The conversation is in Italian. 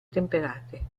temperate